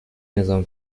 نظام